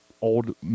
old